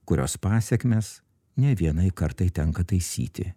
kurios pasekmes ne vienai kartai tenka taisyti